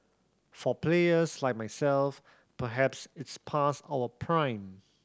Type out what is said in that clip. for players like myself perhaps it's past our prime